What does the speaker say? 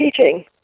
teaching